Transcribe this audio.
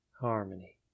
harmony